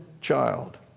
child